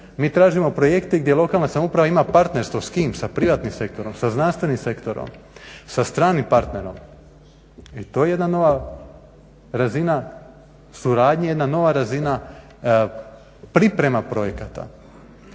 Mi tražimo projekte gdje lokalna samouprava ima partnerstvo. S kim? S privatnim sektorom, sa znanstvenim sektorom, sa stranim partnerom. To je jedna nova razina suradnja, jedna nova razina priprema projekata.